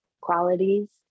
qualities